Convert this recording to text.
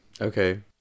Okay